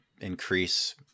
increase